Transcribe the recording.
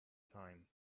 time